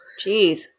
Jeez